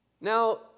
Now